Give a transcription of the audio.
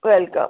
welcome